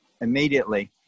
immediately